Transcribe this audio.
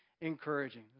encouraging